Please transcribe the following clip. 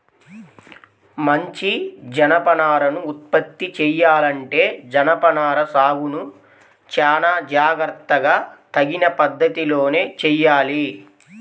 మంచి జనపనారను ఉత్పత్తి చెయ్యాలంటే జనపనార సాగును చానా జాగర్తగా తగిన పద్ధతిలోనే చెయ్యాలి